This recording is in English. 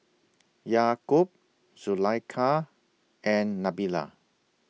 Yaakob Zulaikha and Nabila